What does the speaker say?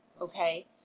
okay